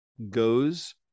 Goes